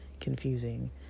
confusing